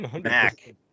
Mac